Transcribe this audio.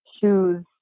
shoes